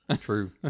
True